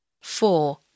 four